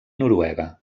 noruega